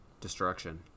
destruction